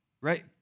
right